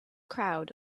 crowd